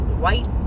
white